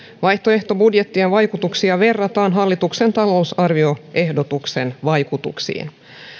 vaihtoehtobudjettien vaikutuksia verrataan hallituksen talousarvioehdotuksen vaikutuksiin